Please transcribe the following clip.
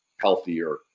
healthier